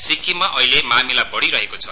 सिक्किममा अहिले मामिला बढिरहेको छ